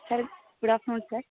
sir good afternoon sir